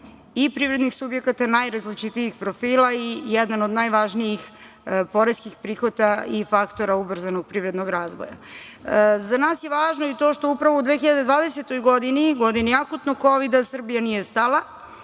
i privrednih subjekata najrazličitijih profila i jedan od najvažnijih poreskih prihoda i faktora ubrzanog privrednog razvoja.Za nas je važno i to što upravo u 2020. godini, godini akutnog Kovida, Srbija nije stala.